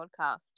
podcast